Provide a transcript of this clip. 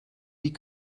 die